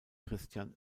christian